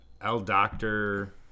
L-Doctor